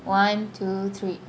one two three